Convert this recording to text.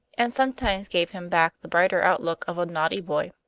and sometimes gave him back the brighter outlook of a naughty boy.